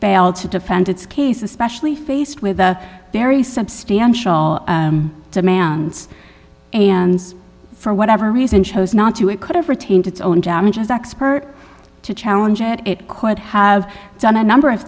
failed to defend its case especially faced with a very substantial demands and for whatever reason chose not to it could have retained its own damages expert to challenge it it could have done a number of